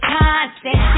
constant